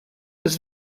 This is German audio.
bis